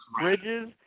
Bridges